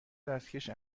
دستکش